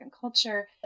culture